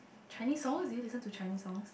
Chinese songs do you listen to Chinese songs